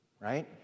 right